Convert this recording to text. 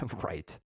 Right